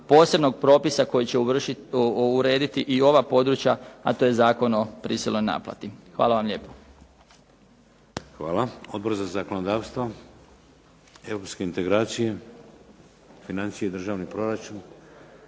posebnog propisa kojeg će urediti i ova područja, a to je Zakon o prisilnoj naplati. Hvala vam lijepo. **Šeks, Vladimir (HDZ)** Hvala. Odbor za zakonodavstvo, europske integracije, financije i državni proračun?